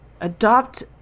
adopt